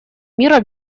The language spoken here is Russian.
мира